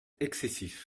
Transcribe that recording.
excessif